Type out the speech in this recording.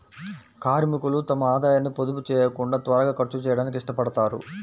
కార్మికులు తమ ఆదాయాన్ని పొదుపు చేయకుండా త్వరగా ఖర్చు చేయడానికి ఇష్టపడతారు